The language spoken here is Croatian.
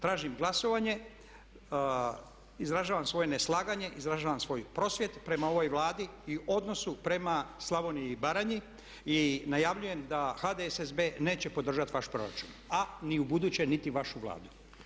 Tražim glasovanje, izražavam svoje neslaganje, izražavam svoj prosvjed prema ovoj Vladi i odnosu prema Slavoniji i Baranji i najavljujem da HDSSB neće podržati vaš proračun, a ni ubuduće niti vašu Vladu.